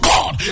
God